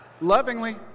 lovingly